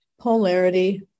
polarity